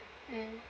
mm